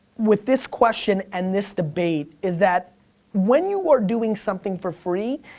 with this question and this debate, is that when you are doing something for free,